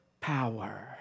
power